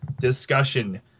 discussion